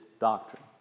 doctrine